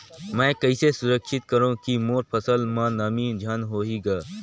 मैं कइसे सुरक्षित करो की मोर फसल म नमी झन होही ग?